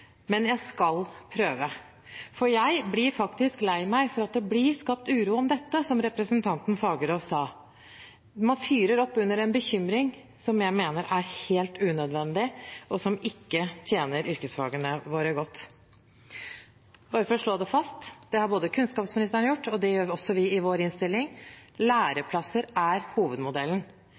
men jeg skal prøve. For jeg blir faktisk lei meg for at det blir skapt uro om dette, som representanten Fagerås sa. Man fyrer opp under en bekymring som jeg mener er helt unødvendig, og som ikke tjener yrkesfagene våre godt. Jeg vil slå det fast, det har også kunnskapsministeren gjort, og det gjør også vi i vår innstilling: Læreplasser er hovedmodellen.